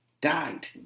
Died